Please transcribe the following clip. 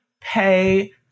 pay